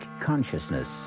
consciousness